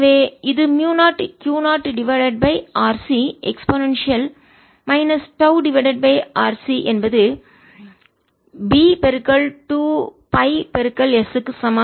dl0I B 2πs0ddt Q0e tRC B 2πs 0Q0RC e tRC BI 0Q0e tRC2πRC s எனவே இது மியூ0 Q 0 divided by RC e minus tau divided by RC என்பது B2 by s க்கு சமம்